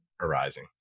arising